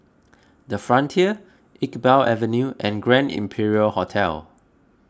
the Frontier Iqbal Avenue and Grand Imperial Hotel